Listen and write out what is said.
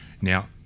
Now